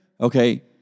okay